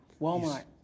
Walmart